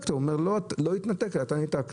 ניתקת והם אומרים לא התנתק אלא אתה ניתקת.